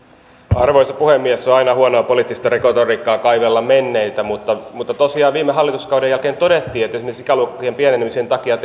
arvoisa puhemies on aina huonoa poliittista retoriikkaa kaivella menneitä mutta mutta tosiaan viime hallituskauden jälkeen todettiin että esimerkiksi ikäluokkien pienenemisen takia